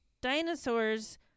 dinosaurs